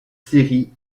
séries